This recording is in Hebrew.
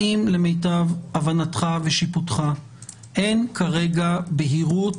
האם למיטב הבנתך ושיפוטך אין כרגע בהירות